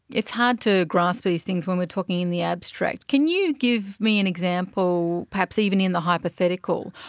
it's hard to grasp these things when we are talking in the abstract. can you give me an example, perhaps even in the hypothetical,